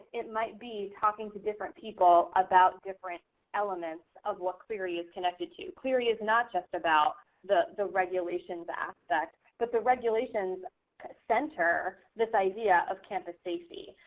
it might be talking to different people about different elements of what clery is connected to. clery is not just about the the regulations aspect, but the regulations center this idea of campus safety.